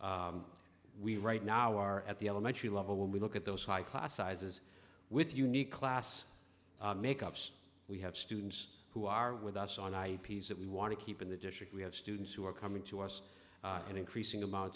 we right now are at the elementary level when we look at those high class sizes with unique class makeups we have students who are with us on i that we want to keep in the district we have students who are coming to us an increasing amount